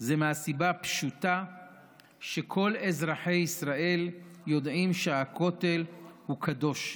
מהסיבה הפשוטה שכל אזרחי ישראל יודעים שהכותל הוא קדוש,